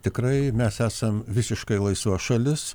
tikrai mes esam visiškai laisva šalis